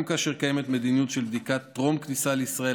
גם כאשר קיימת מדיניות של בדיקת טרום-כניסה לישראל,